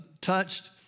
touched